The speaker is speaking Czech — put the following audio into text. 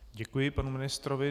Děkuji panu ministrovi.